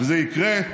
וזה יקרה,